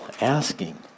asking